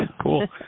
Cool